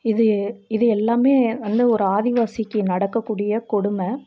இது இது எல்லாமே வந்து ஒரு ஆதிவாசிக்கு நடக்கக்கூடிய கொடுமை